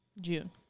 June